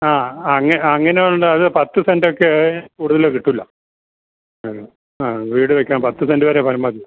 ആ അങ്ങ അങ്ങനെ ഉള്ള അത് പത്ത് സെൻറ്റൊക്കെ കൂടുതൽ കിട്ടുകയില്ല മ്മ് ആ വീട് വെക്കാൻ പത്ത് സെൻ്റ് വരെ പരമാവധി